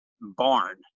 barn